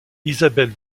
isabelle